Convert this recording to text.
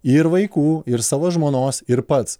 ir vaikų ir savo žmonos ir pats